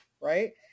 right